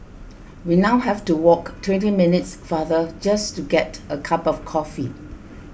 we now have to walk twenty minutes farther just to get a cup of coffee